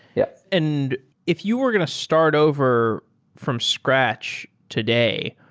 yeah and if you were going to start over from scratch today,